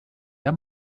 der